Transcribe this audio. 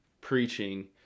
preaching